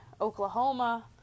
Oklahoma